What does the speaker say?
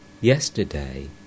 yesterday